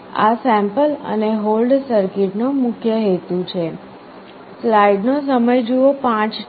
આ સેમ્પલ અને હોલ્ડ સર્કિટનો મુખ્ય હેતુ છે